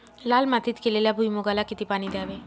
लाल मातीत केलेल्या भुईमूगाला किती पाणी द्यावे?